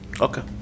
Okay